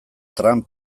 trump